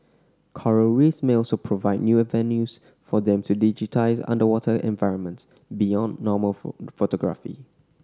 Coral Reefs may also provide new avenues for them to digitise underwater environments beyond normal photography